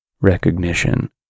recognition